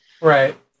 Right